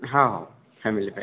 हा family pack